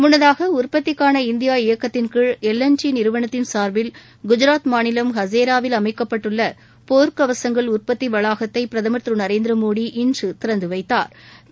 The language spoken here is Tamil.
முன்னதாக உற்பத்திக்கான இந்தியா இயக்கத்தின் கீழ் எல் என் டி நிறுவனத்தின் சாா்பில் குஜராத் மாநிலம் ஹசேராவில் அமைக்கப்பட்டுள்ள போர்க் கவசங்கள் உற்பத்தி வளாகத்தை பிரதமர் திரு நரேந்திரமோடி இன்று திறந்து வைத்தாா்